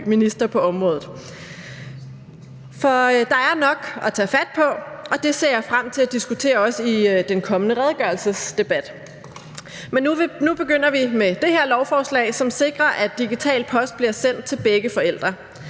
der er nok at tage fat på, og det ser jeg frem til også at diskutere i den kommende redegørelsesdebat. Men nu begynder vi med det her lovforslag, som sikrer, at digital post bliver sendt til begge forældre.